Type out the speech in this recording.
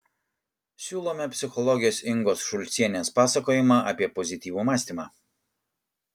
siūlome psichologės ingos šulcienės pasakojimą apie pozityvų mąstymą